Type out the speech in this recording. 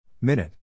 Minute